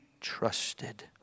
trusted